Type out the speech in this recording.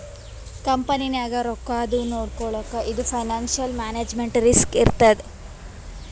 ಕಂಪನಿನಾಗ್ ರೊಕ್ಕಾದು ನೊಡ್ಕೊಳಕ್ ಇದು ಫೈನಾನ್ಸಿಯಲ್ ಮ್ಯಾನೇಜ್ಮೆಂಟ್ ರಿಸ್ಕ್ ಇರ್ತದ್